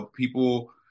People